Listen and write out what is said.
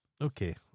Okay